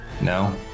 No